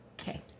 Okay